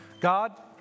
God